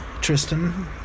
Tristan